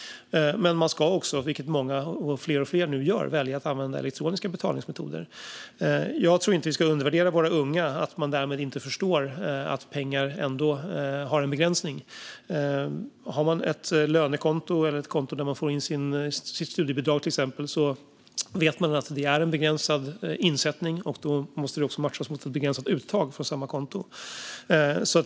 Men man ska också kunna använda elektroniska betalningsmetoder, vilket fler och fler gör. Jag tror inte att vi ska undervärdera våra unga och tro att de därmed inte förstår att pengar har en begränsning. Om man har ett lönekonto eller ett konto där man till exempel får in sitt studiebidrag vet man att det är en begränsad insättning, och då måste det också matchas av ett begränsat uttag från samma konto.